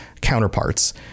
counterparts